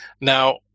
Now